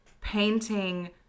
painting